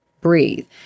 breathe